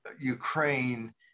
Ukraine